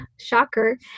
shocker